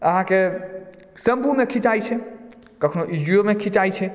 अहाँके सेम्पू मे खिचाई छै कखनो इजीयो मे खिचाई छै